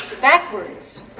backwards